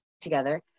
together